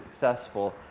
successful